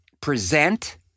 present